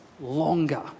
longer